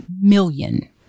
million